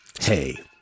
hey